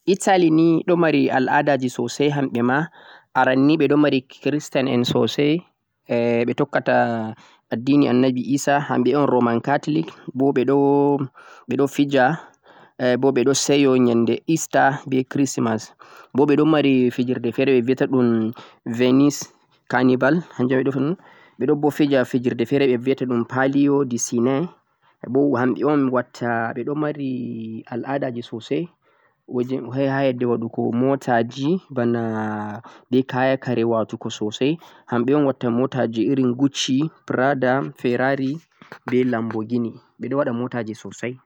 Italy ni ɗo mari al'adaji sosai hamɓe ma, aran ni ɓe ɗo mari Christian en sosai eh ɓe tokkata addini Annabi Isah, hamɓe un roman catholic, bo ɓe ɗo fija e bo ɗo sayo nyande Easter be Christmas. Bo ɓe ɗo mari fijirde fe're ɓe viya ta ɗum venis carnival, ɓe ɗo bo fija fijirde fe're ɓe viyata ɗum palio desine, bo hamɓe un watta, ɓe ɗo mari al'adaji sosai, ha yedde waɗugo motaji bana be kaya watugo sosai, hamɓe un watta irin motaji gucci, prada, ferari, be lambogini, ɓe ɗo waɗa motaji sosai.